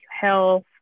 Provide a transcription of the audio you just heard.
health